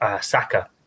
Saka